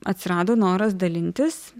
atsirado noras dalintis